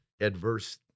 adverse